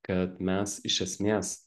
kad mes iš esmės